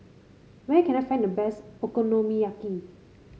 where can I find the best Okonomiyaki